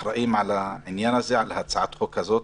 האחראים על העניין הזה, על הצעת החוק הזאת.